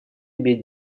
иметь